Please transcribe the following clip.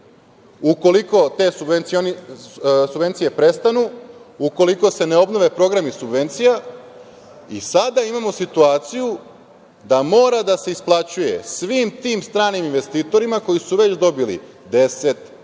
ukoliko te subvencije prestanu, ukoliko se ne obnove programi subvencija i sada imamo situaciju da mora da se isplaćuje svim tim stranim investitorima koji su već dobili 10,